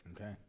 Okay